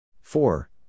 Four